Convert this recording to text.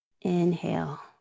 Inhale